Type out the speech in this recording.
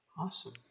Awesome